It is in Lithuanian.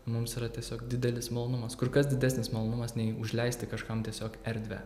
mums yra tiesiog didelis malonumas kur kas didesnis malonumas nei užleisti kažkam tiesiog erdvę